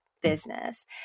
business